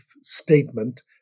statement